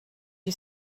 you